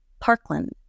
Parkland